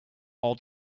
all